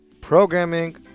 programming